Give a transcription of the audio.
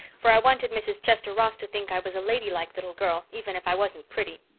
for i wanted mrs. chester ross to think i was a ladylike little girl even if i wasn't pretty.